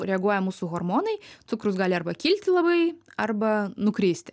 reaguoja mūsų hormonai cukrus gali arba kilti labai arba nukristi